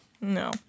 No